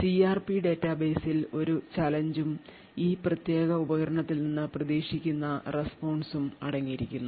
CRP ഡാറ്റാബേസിൽ ഒരു challenge ഉം ഈ പ്രത്യേക ഉപകരണത്തിൽ നിന്ന് പ്രതീക്ഷിക്കുന്ന response ഉം അടങ്ങിയിരിക്കുന്നു